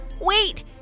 Wait